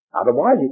Otherwise